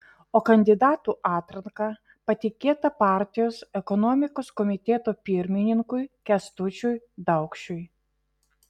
o kandidatų atranka patikėta partijos ekonomikos komiteto pirmininkui kęstučiui daukšiui